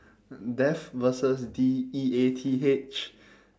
death versus D E A T H